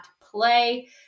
play